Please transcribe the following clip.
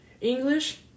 English